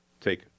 take